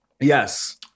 yes